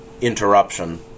interruption